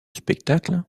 spectacles